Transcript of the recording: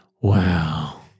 Wow